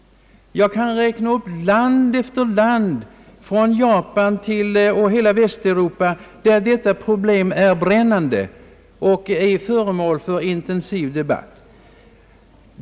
Jag kan räkna upp land efter land, från Japan och genom hela Västeuropa, där detta problem är brännande och föremål för intensiv debatt.